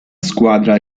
squadra